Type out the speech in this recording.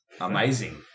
Amazing